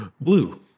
Blue